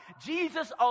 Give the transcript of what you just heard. Jesus